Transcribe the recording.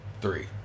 three